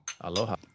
Aloha